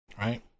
right